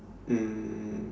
um